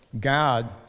God